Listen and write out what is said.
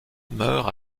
meurt